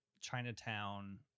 Chinatown